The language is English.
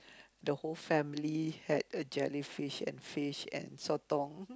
the whole family had a jellyfish and fish and sotong